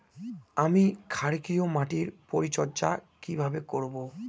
আমি ক্ষারকীয় মাটির পরিচর্যা কিভাবে করব?